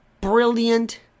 brilliant